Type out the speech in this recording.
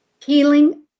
healing